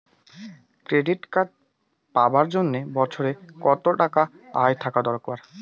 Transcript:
Credit পাবার জন্যে বছরে কত টাকা আয় থাকা লাগবে?